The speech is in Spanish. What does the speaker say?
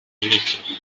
ministros